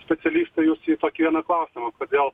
specialistai jūs į tokį vieną klausimą kodėl